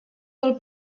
pel